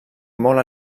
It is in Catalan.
molt